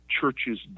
churches